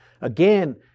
again